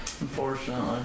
Unfortunately